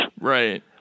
Right